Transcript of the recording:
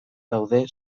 daude